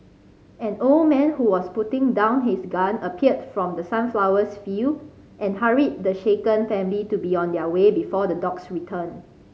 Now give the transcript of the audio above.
an old man who was putting down his gun appeared from the sunflower field and hurried the shaken family to be on their way before the dogs return